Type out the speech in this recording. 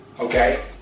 okay